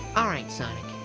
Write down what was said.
ah right, sonic,